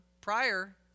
prior